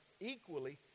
equally